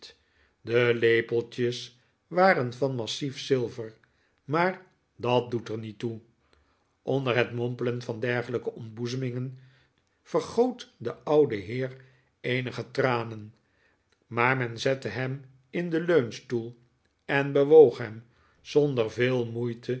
de lepeltjes waren van massief zilver maar dat doet er niet toe onder het mompelen van dergelijke ontboezemingen vergoot de oude heer eenige tranen maar men zette hem in den leunstoel en bewoog hem zonder veel moeite